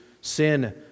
sin